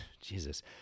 Jesus